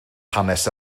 hanes